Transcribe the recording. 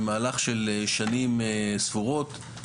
במהלך של שנים ספורות,